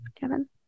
Kevin